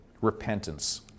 repentance